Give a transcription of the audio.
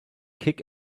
kick